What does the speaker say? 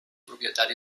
propietat